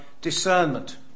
discernment